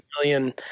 million